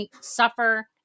suffer